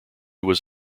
was